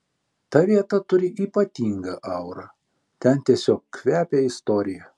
ta vieta turi ypatingą aurą ten tiesiog kvepia istorija